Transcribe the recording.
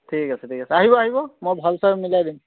ঠিক আছে ঠিক আছে আহিব আহিব মই ভাল চাই মিলাই দিম